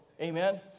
Amen